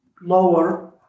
lower